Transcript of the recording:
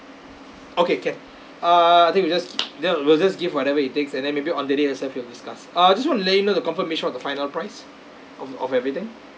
okay can ah then you just then I will just give whatever it takes and then maybe on that day itself we'll discuss uh just want to let you know the confirmation of the final price of of everything